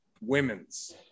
Women's